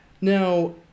Now